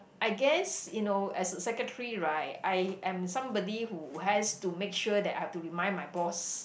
I guess you know as a secretary right I am somebody who has to make sure that I have to remind my boss